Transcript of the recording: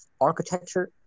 Architecture